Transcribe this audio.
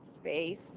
space